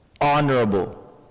Honorable